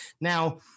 now